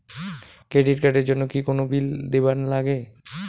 Credit card এর জন্যে কি কোনো বিল দিবার লাগে?